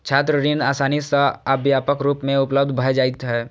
छात्र ऋण आसानी सं आ व्यापक रूप मे उपलब्ध भए जाइ छै